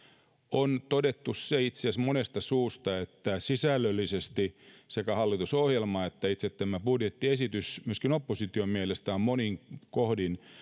on todettu itse asiassa monesta suusta että sisällöllisesti sekä hallitusohjelma että itse tämä budjettiesitys myöskin opposition mielestä ovat monin kohdin